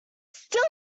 still